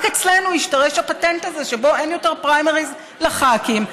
רק אצלנו השתרש הפטנט הזה שבו אין יותר פריימריז לח"כים.